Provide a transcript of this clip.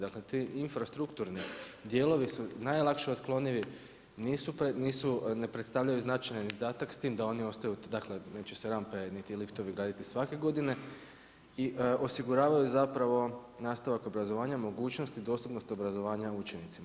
Dakle ti infrastrukturni dijelovi su najlakše otklonivi, nisu, ne predstavljaju značajan izdatak, s time da oni ostaju, dakle neće se rampe niti liftovi graditi svake godine i osiguravaju zapravo nastavak obrazovanja, mogućnost i dostupnost obrazovanja učenicima.